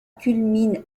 culmine